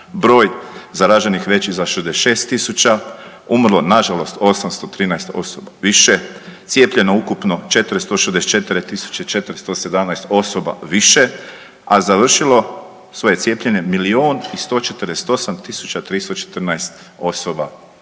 Broj zaraženih veći za 66000, umrlo na žalost 813 osoba više. Cijepljeno ukupno 464 tisuće 417 osoba više, a završilo svoje cijepljenje milijun i